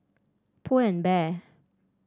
Pull and Bear